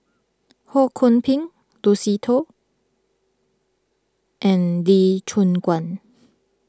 Ho Kwon Ping Lucy Koh and Lee Choon Guan